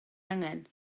angen